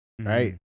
right